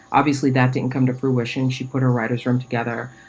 obviously, that didn't come to fruition. she put her writer's room together.